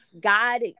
god